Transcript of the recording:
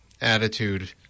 attitude